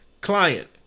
Client